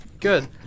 good